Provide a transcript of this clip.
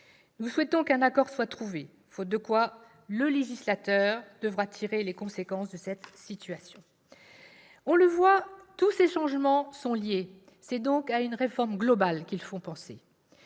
Nous souhaitons qu'un accord soit trouvé, faute de quoi le législateur devra tirer les conséquences de cette situation. On le voit, tous ces changements sont liés. C'est donc à une réforme globale qu'il faut penser.